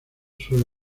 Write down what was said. suele